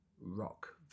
rock